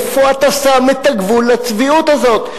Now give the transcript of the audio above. איפה אתה שם את הגבול לצביעות הזאת?